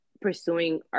pursuing